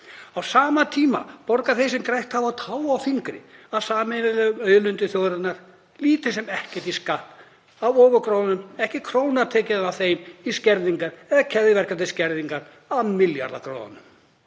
Á sama tíma borga þeir sem grætt hafa á tá og fingri á sameiginlegum auðlindum þjóðarinnar lítið sem ekkert í skatt af ofurgróðanum. Ekki er króna tekin af þeim í skerðingar eða keðjuverkandi skerðingar af milljarðagróðanum.